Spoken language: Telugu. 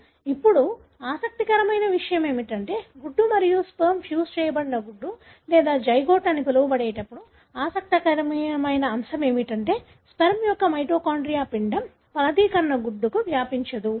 ఇప్పుడు ఆసక్తికరమైన విషయం ఏమిటంటే గుడ్డు మరియు స్పెర్మ్ ఫ్యూజ్ చేయబడిన గుడ్డు లేదా జైగోట్ అని పిలువబడేప్పుడు ఆసక్తికరమైన అంశం ఏమిటంటే స్పెర్మ్ యొక్క మైటోకాండ్రియా పిండం ఫలదీకరణ గుడ్డుకి వ్యాపించదు